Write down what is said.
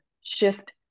shift